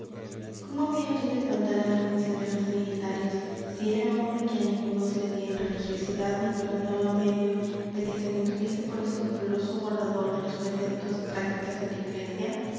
cómo había yo de faltar a la función de los trinitarios si era hombre que a ninguno cedía en religiosidad ni perdonaba medio de que se me tuviese por escrupuloso guardador de los preceptos y prácticas de la iglesia